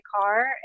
car